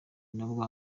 nabwo